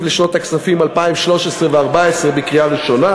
לשנות הכספים 2013 ו-2014 בקריאה ראשונה.